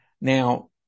Now